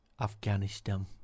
Afghanistan